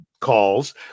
calls